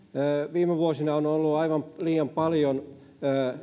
viime vuosina ovat aivan liian paljon